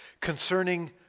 Concerning